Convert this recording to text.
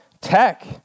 tech